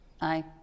Aye